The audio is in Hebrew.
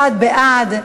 51 בעד,